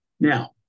Now